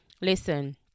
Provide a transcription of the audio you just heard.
listen